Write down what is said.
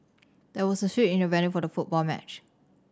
there was a switch in the venue for the football match